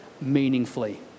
meaningfully